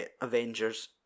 Avengers